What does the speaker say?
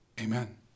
Amen